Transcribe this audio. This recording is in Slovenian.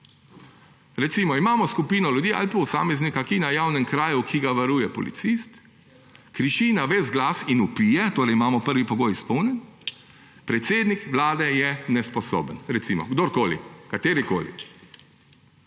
Recimo imamo skupino ljudi ali posameznika, ki na javnem kraju, ki ga varuje policist, kriči na ves glas in vpije, torej imamo prvi pogoj izpolnjen, predsednik Vlade je nesposoben, recimo, kdorkoli, katerikoli.